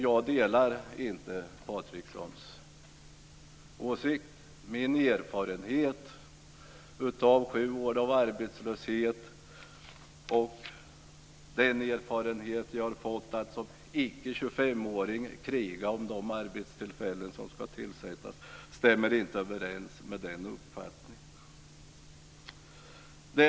Jag delar inte Patrikssons åsikt. Min erfarenhet av sju år av arbetslöshet och av att som icke 25-åring kriga om de arbetstillfällen som ska tillsättas stämmer inte överens med den uppfattningen.